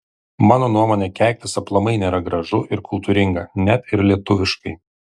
mano nuomone keiktis aplamai nėra gražu ir kultūringa net ir lietuviškai